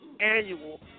Annual